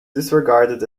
disregarded